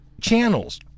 channels